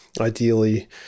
ideally